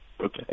Okay